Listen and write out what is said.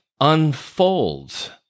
unfolds